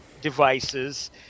devices